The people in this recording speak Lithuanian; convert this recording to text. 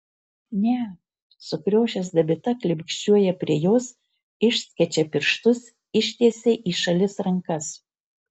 ne sukriošęs dabita klibikščiuoja prie jos išskečia pirštus ištiesia į šalis rankas